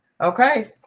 Okay